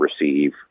receive